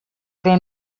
però